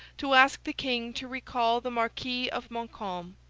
to ask the king to recall the marquis of montcalm.